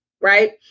Right